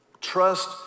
trust